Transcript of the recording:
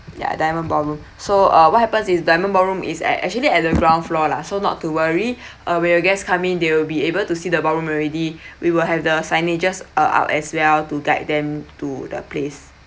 ya diamond ballroom so uh what happens is diamond ballroom is at actually at the ground floor lah so not to worry uh when your guests come in they will be able to see the ballroom already we will have the signages uh out as well to guide them to the place